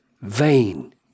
vain